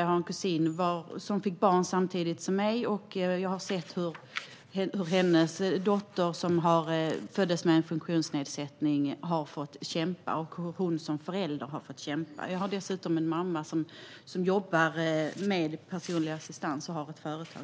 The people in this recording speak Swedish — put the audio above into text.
Jag har en kusin som fick barn samtidigt som jag, och jag har sett hur hennes dotter, som föddes med en funktionsnedsättning, har fått kämpa och hur hon som förälder har fått kämpa. Jag har dessutom en mamma som jobbar med personlig assistans och har ett företag